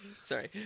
sorry